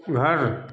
घर